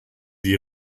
die